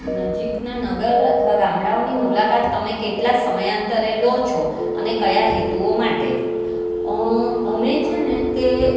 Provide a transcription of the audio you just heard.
નજીકના નગર અથવા ગામડાઓની મુલાકાત તમે કેટલા સમયાંતરે લો છો અને ક્યા હેતુઓ માટે અમે છે ને તે